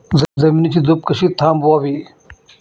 जमिनीची धूप कशी थांबवावी?